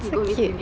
so cute